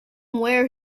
wear